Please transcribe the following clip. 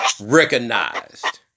recognized